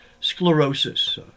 Sclerosis